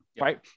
right